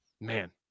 man